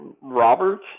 Robert